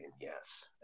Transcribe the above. Yes